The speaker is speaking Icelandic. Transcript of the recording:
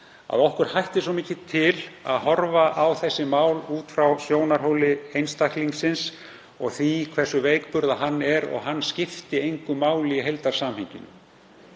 að okkur hættir svo mikið til að horfa á þessi mál út frá sjónarhóli einstaklingsins og því hversu veikburða hann er og að hann skipti engu máli í heildarsamhenginu.